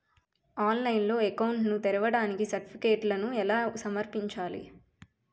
ఆన్లైన్లో అకౌంట్ ని తెరవడానికి సర్టిఫికెట్లను ఎలా సమర్పించాలి?